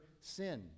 sin